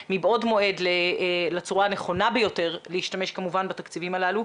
מבעוד מועד לצורה הנכונה ביותר להשתמש כמובן בתקציבים הללו.